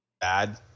bad